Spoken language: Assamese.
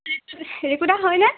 ৰিকুদা হয়নে